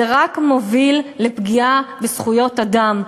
זה רק מוביל לפגיעה בזכויות האדם,